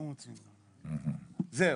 זהו.